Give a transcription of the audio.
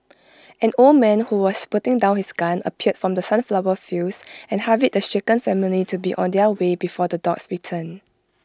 an old man who was putting down his gun appeared from the sunflower fields and hurried the shaken family to be on their way before the dogs return